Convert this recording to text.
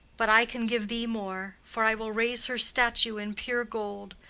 but i can give thee more for i will raise her statue in pure gold,